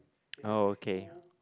oh okay